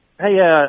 hey